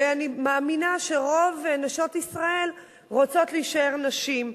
ואני מאמינה שרוב נשות ישראל רוצות להישאר נשים,